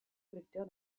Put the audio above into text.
collecteur